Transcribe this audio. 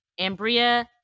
Ambria